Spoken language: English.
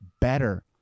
better